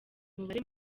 umubare